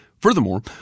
Furthermore